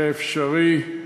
זה אפשרי,